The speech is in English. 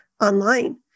online